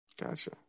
Gotcha